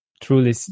truly